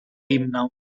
himne